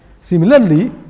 Similarly